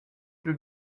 dil